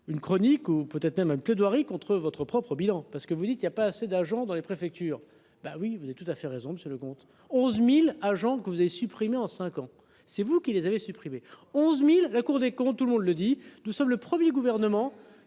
Une chronique ou peut-être même un peu doit. Contre votre propre bilan parce que vous dites il y y a pas assez d'agents dans les préfectures. Bah oui vous avez tout à fait raison, monsieur le comte, 11.000 agents de que vous avez supprimé en 5 ans c'est vous qui les avez supprimé 11.000 la Cour des comptes, tout le monde le dit, nous sommes le 1er, gouvernement.